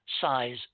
size